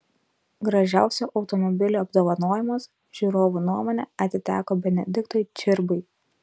gražiausio automobilio apdovanojimas žiūrovų nuomone atiteko benediktui čirbai